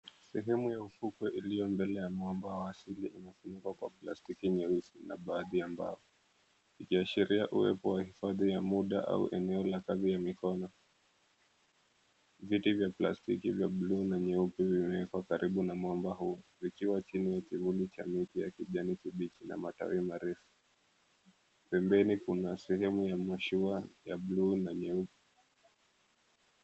Sehemu ya ufukwe iliyo mbele ya mwamba wa asili imefunikwa kwa plastiki nyeusi na baadhi ya mbao, ikiashiria uwepo wa hnifadhi ya muda au eneo la kazi ya mikono. Viti vya plastiki vya buluu na nyeupe vimewekwa karibu na mwamba huu, vikiwa chini ya kivuli cha miti ya kijani kibichi na matawi marefu. Pembeni kuna sehemu ya mashua ya buluu na nyeupe.